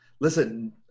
Listen